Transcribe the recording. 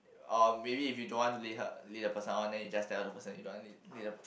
or maybe if you don't want to lead her lead the person on then you just tell the person you don't want lead lead